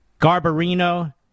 Garbarino